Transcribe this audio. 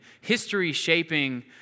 history-shaping